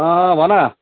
अँ भन